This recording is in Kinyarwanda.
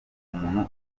umuntu